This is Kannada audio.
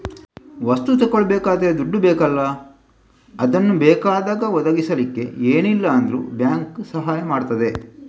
ವಸ್ತು ತಗೊಳ್ಬೇಕಾದ್ರೆ ದುಡ್ಡು ಬೇಕಲ್ಲ ಅದನ್ನ ಬೇಕಾದಾಗ ಒದಗಿಸಲಿಕ್ಕೆ ಏನಿಲ್ಲ ಅಂದ್ರೂ ಬ್ಯಾಂಕು ಸಹಾಯ ಮಾಡ್ತದೆ